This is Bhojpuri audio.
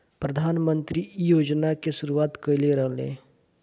प्रधानमंत्री इ योजना के शुरुआत कईले रलें